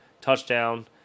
touchdown